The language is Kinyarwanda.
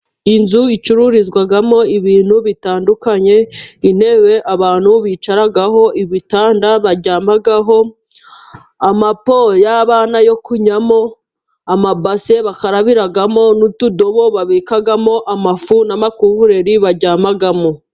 Inzu icururizwamo ibintu bitandukanye, intebe abantu bicaragaho, ibitanda baryamaho, amapo y'abana yo kunyamo, amabase bakarabiramo, n'utudobo babikamo amafu n'amakuvureri baryamamo.